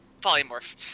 Polymorph